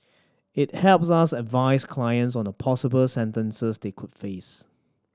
it helps us advise clients on the possible sentences they could face